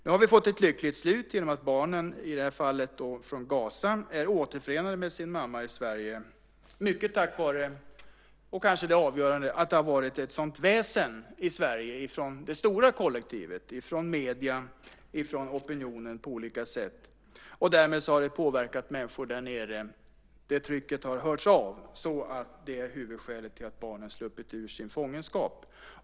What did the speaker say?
Vi har fått ett lyckligt slut genom att barnen från Gaza är återförenade med sin mamma i Sverige. Det är mycket tack vare - det har kanske varit det avgörande - att det har varit ett sådant väsen i Sverige från det stora kollektivet, från medierna och opinionen på olika sätt. Det har påverkat människor där nere, när trycket har hörts av. Det är huvudskälet till att barnen har sluppit ur sin fångenskap.